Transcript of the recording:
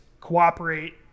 cooperate